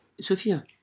Sophia